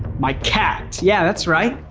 my cat. yeah, that's right.